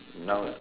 now